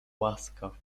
łaskaw